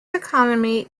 economy